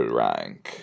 rank